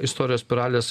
istorijos spiralės